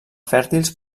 fèrtils